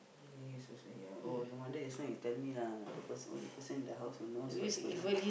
he also say ya oh no wonder just now you tell me lah the person the only person in the house who knows what's going on